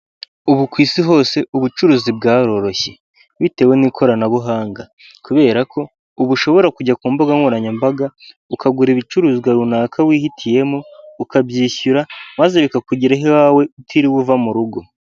Ubu ku isi hose ubucuruzi bwaroroshye bitewe n'ikoranabuhanga. Kubera ko uba ushobora kujya ku mbugankoranyambaga ukagura ibicuruzwa runaka wihitiyemo ukabyishyura maze bikakugeraho iwawe utiriwe uva mu rugo.